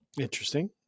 Interesting